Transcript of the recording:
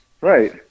right